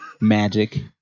Magic